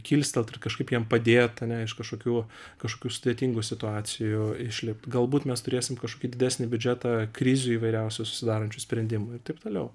kilstelt ir kažkaip jiem padėt ane iš kažkokių kažkokių sudėtingų situacijų išlipt galbūt mes turėsim kažkokį didesnį biudžetą krizių įvairiausių susidarančių sprendimui ir taip toliau